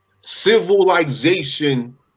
civilization